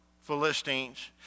Philistines